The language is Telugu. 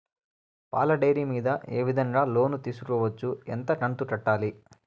పాల డైరీ మీద ఏ విధంగా లోను తీసుకోవచ్చు? ఎంత కంతు కట్టాలి?